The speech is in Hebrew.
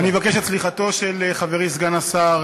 אני מבקש את סליחתו של חברי סגן השר